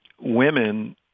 women